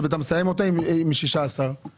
כשאתה מסיים אותה עם 16 מיליון?